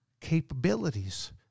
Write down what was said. capabilities